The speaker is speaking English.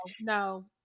no